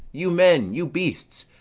you men, you beasts,